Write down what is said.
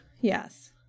Yes